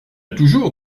toujours